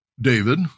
David